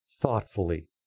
thoughtfully